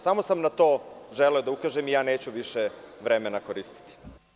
Samo sam na to želeo da ukažem i neću više vremena koristiti.